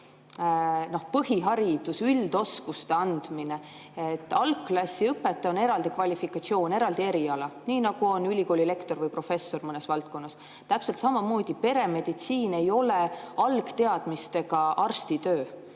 põhihariduse, üldoskuste andmine. Algklassiõpetaja on eraldi kvalifikatsioon, eraldi eriala, nii nagu on ülikooli lektor või professor mõnes valdkonnas. Täpselt samamoodi ei ole peremeditsiin algteadmistega arsti töö,